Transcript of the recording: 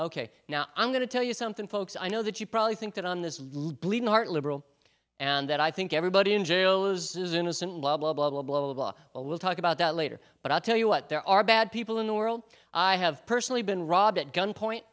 ok now i'm going to tell you something folks i know that you probably think that on this bleeding heart liberal and that i think everybody in jail those is innocent blah blah blah blah blah blah well we'll talk about that later but i'll tell you what there are bad people in the world i have personally been robbed at gunpoint